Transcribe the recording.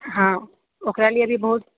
हँ ओकरा लिए भी बहुत